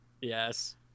Yes